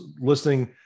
listening